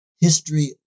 history